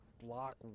block